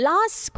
Last